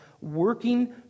working